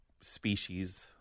species